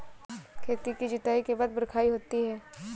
खेती की जुताई के बाद बख्राई होती हैं?